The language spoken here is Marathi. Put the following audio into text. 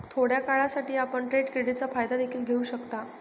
थोड्या काळासाठी, आपण ट्रेड क्रेडिटचा फायदा देखील घेऊ शकता